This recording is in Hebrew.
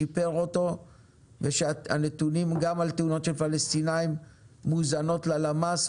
שיפר אותו ושהנתונים גם על תאונות של פלסטינאים מוזנות ללמ"ס,